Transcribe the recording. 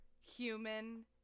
human